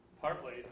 partly